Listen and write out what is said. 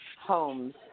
homes